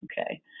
Okay